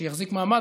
שיחזיק מעמד,